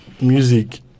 music